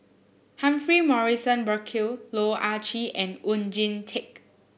Humphrey Morrison Burkill Loh Ah Chee and Oon Jin Teik